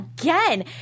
again